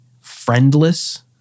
friendless